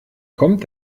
kommt